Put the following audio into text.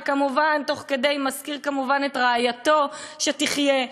וכמובן תוך כדי כך מזכיר את רעייתו שתחיה,